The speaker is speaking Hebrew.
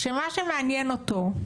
כשמה שמעניין אותו,